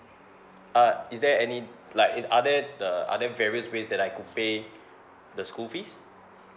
uh is there any like in other the other various ways that I could pay the school fees